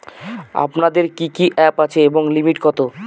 আপনাদের কি কি অ্যাপ আছে এবং লিমিট কত?